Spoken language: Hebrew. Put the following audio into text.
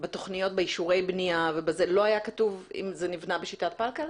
בתכניות, באישורי הבניה, שזה נבנה בשיטת פלקל?